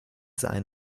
sein